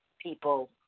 people